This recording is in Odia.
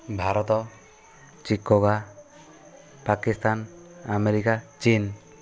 ଭାରତ ଚିକାଗୋ ପାକିସ୍ତାନ ଆମେରିକା ଚୀନ୍